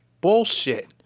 bullshit